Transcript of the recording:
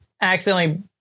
accidentally